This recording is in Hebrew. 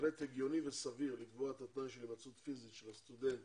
בהחלט הגיוני וסביר לקבוע את התנאי של המצאות פיזית של הסטודנט